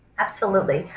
absolutely.